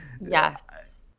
Yes